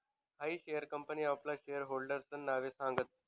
हायी share company आपला share होल्डर्सना नावे सांगस